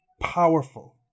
powerful